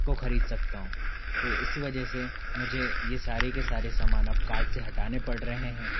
को ख़रीद सकता हूँ तो इस वजह से मुझे ये सारे के सारे समान अब कार्ट से हटाने पड़ रहे हैं